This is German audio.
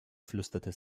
flüsterte